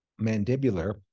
mandibular